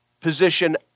position